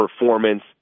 performance